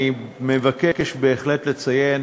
אני מבקש בהחלט לציין